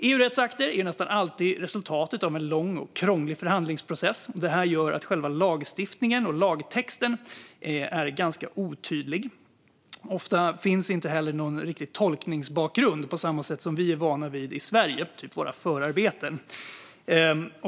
EU-rättsakter är nästan alltid resultat av en lång och krånglig förhandlingsprocess, vilket gör att själva lagtexten blir ganska otydlig. Ofta finns inte heller någon riktig tolkningsbakgrund på det sätt som vi i Sverige är vana vid med våra förarbeten.